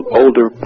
older